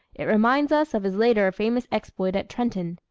it reminds us of his later famous exploit at trenton.